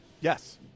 Yes